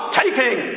taking